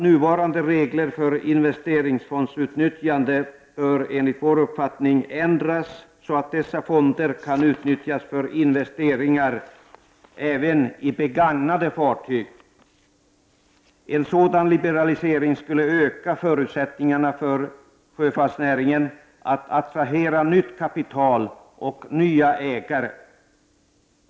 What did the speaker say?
Nuvarande regler för investeringsfondsutnyttjande bör ändras så att dessa fonder kan utnyttjas för investeringar även i begagnade fartyg. En sådan liberalisering skulle öka förutsättningarna för sjöfartsnäringen att attrahera nytt kapital och nya ägare.